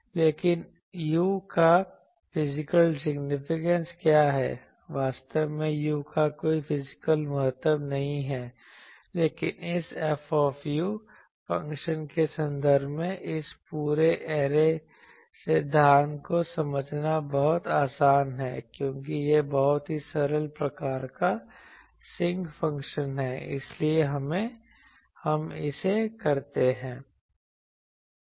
लेकिन u का physical महत्व क्या है वास्तव में u का कोई फिजिकल महत्व नहीं है लेकिन इस F फ़ंक्शन के संदर्भ में इस पूरे ऐरे सिद्धांत को समझना बहुत आसान है क्योंकि यह बहुत ही सरल प्रकार का सिंक फ़ंक्शन है इसलिए हम इसे करते हैं